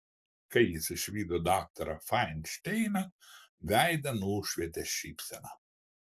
kai jis išvydo daktarą fainšteiną veidą nušvietė šypsena